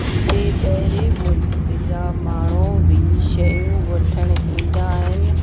हिते ॿाहिरे मुल्क़ जा माण्हू बि शयूं वठणु ईंदा आहिनि